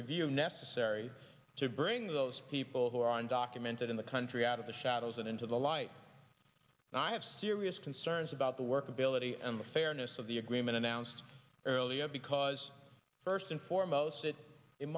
review necessary to bring those people who are undocumented in the country out of the shadows and into the light and i have serious concerns about the workability and the fairness of the agreement announced earlier because first and foremost it in